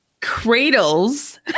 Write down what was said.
cradles